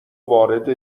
وارد